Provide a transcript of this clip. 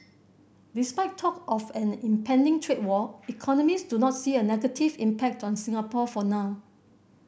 despite talk of an impending trade war economist do not see a negative impact on Singapore for now